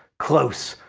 close,